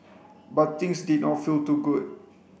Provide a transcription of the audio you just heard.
but things did not feel too good